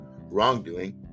wrongdoing